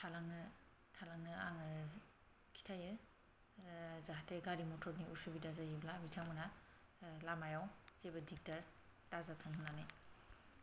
थालांनो थालांनो आङो खिथायो जाहाथे गारि मटरनि उसुबिदा जायोब्ला बिथांमोनहा लामायाव जेबो दिगदार दा जाथों होननानै